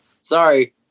Sorry